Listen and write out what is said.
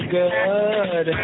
good